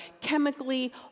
chemically